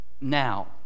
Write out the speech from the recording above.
now